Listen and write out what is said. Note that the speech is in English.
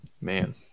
Man